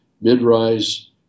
mid-rise